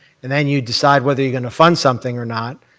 and then you decide whether you're going to fund something or not.